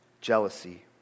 jealousy